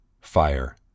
fire